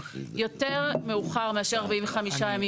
יותר מאוחר מאשר 45 ימים.